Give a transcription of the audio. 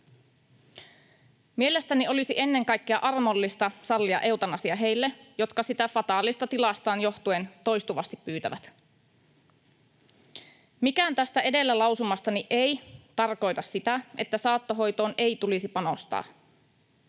Mielestäni olisi ennen kaikkea armollista sallia eutanasia heille, jotka sitä fataalista tilastaan johtuen toistuvasti pyytävät. Mikään tästä edellä lausumastani ei tarkoita sitä, että saattohoitoon ei tulisi panostaa.